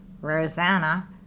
Rosanna